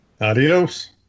Adios